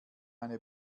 eine